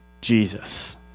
Jesus